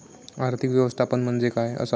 आर्थिक व्यवस्थापन म्हणजे काय असा?